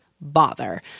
bother